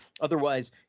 Otherwise